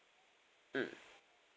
mm